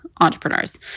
entrepreneurs